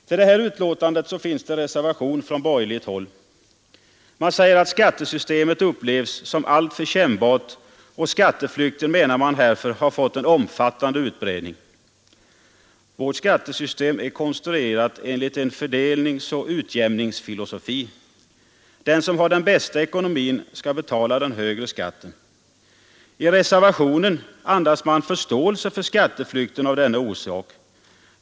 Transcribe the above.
Vid utskottsbetänkandet finns en reservation från borgerligt håll. Man säger att skattesystemet upplevs som alltför kännbart och skatteflykten menar man därför har fått en omfattande utbredning. Vårt skattesystem är konstruerat enligt en fördelningsoch utjämningsfilosofi. Den som har den bästa ekonomin skall betala den högre skatten. I reservationen andas man förståelse för skatteflykten av denna orsak.